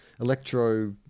electro